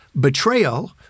betrayal